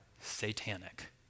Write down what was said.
satanic